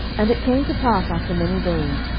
and it came to pass after many days,